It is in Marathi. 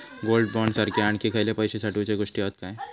गोल्ड बॉण्ड सारखे आणखी खयले पैशे साठवूचे गोष्टी हत काय?